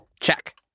Check